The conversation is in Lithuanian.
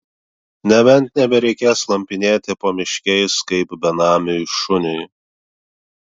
nebent nebereikės slampinėti pamiškiais kaip benamiui šuniui